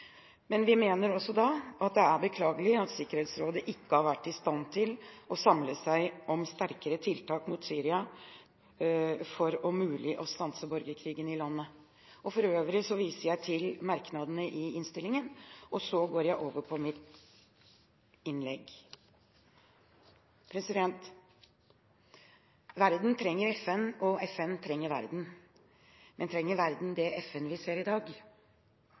Vi mener også at det er beklagelig at Sikkerhetsrådet ikke har vært i stand til å samle seg om sterkere tiltak mot Syria, for om mulig å stanse borgerkrigen i landet. For øvrig viser jeg til merknadene i innstillingen. Så går jeg over til resten av mitt innlegg. Verden trenger FN, og FN trenger verden. Men trenger verden det FN vi ser i dag?